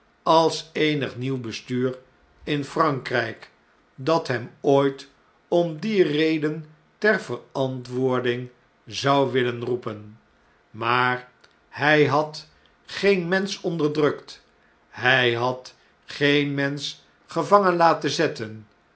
als eenig nieuw bestuur in fran kr ij k dat hem ooit om die reden ter verantwoording zou willen roepen maar hy had geen mensch onderdrukt hjj had geen mensch gevangen laten zetten